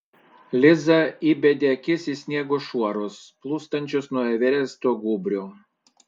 liza įbedė akis į sniego šuorus plūstančius nuo everesto gūbrio